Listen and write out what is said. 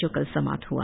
जो कल समाप्त हुआ